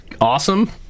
awesome